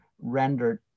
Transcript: rendered